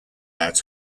out